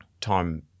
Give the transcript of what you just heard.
time